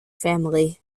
family